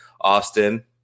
austin